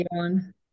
on